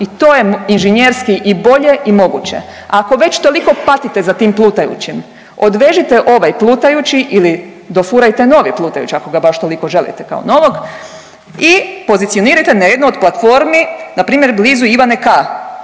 i to je inženjerski i bolje i moguće. Ako već toliko patite za tim plutajućim odvežite ovaj plutajući ili dofurajte novi plutajući ako ga baš toliko želite kao novog i pozicionirajte na jednu od platformi npr. blizu Ivane K